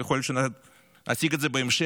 יכול להיות שנשיג את זה בהמשך,